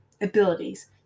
Abilities